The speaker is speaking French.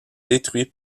détruits